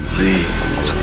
Please